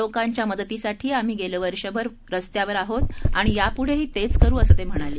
लोकांच्या मदतीसाठी आम्ही गेले वर्षभर रस्त्यावर आहोत आणि यापुढेही तेच करू असं ते म्हणाले